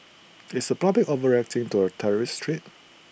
is the public overreacting to A terrorist threat